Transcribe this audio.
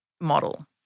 model